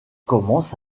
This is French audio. commence